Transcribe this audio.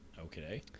Okay